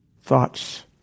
thoughts